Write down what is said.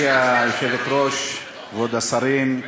גברתי היושבת-ראש, כבוד השרים,